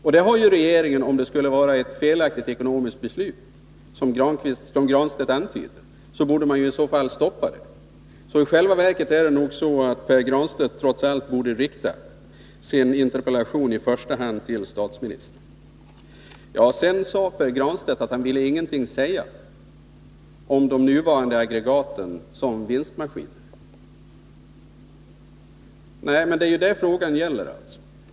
Om beslutet att bygga dessa aggregat skulle vara ett felaktigt ekonomiskt beslut — vilket Pär Granstedt antyder — borde regeringen stoppa byggandet. Därför borde nog Pär Granstedt trots allt i första hand rikta sin interpellation till statsministern. Pär Granstedt ville inte säga någonting om de nuvarande aggregaten såsom vinstmaskin för framtiden. Men det är detta frågan gäller.